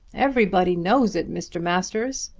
everybody knows it, mr. masters.